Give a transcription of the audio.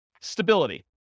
Stability